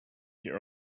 your